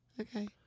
Okay